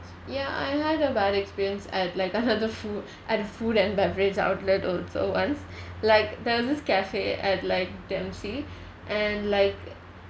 ya I had a bad experience at like another foo~ at a food and beverage outlet also once like there was this cafe at like dempsey and like